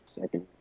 second